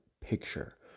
picture